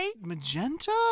Magenta